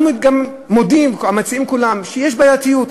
אנחנו גם מודים, המציעים כולם, שיש בעייתיות.